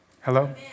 Hello